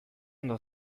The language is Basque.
ondo